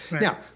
Now